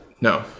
No